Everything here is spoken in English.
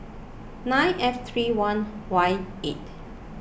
nine F thirty one Y eight